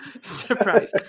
Surprise